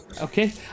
okay